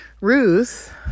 Ruth